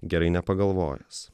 gerai nepagalvojęs